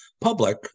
public